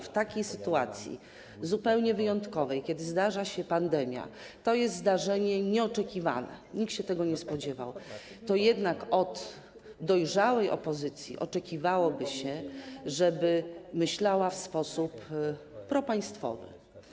W takiej sytuacji, zupełnie wyjątkowej, kiedy zdarza się pandemia - to jest zdarzenie nieoczekiwane, nikt się tego nie spodziewał - od dojrzałej opozycji oczekiwałoby się jednak, żeby myślała w sposób propaństwowy.